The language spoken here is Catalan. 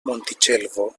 montitxelvo